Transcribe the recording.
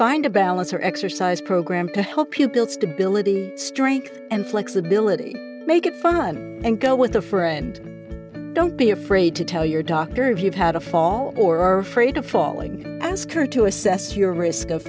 find a balance or exercise program to help you build stability strength and flexibility make it fun and go with a friend don't be afraid to tell your doctor if you've had a fall or create a falling as current to assess your risk of